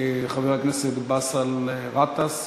מס' 4162. חבר הכנסת באסל גטאס.